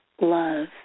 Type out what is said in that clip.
love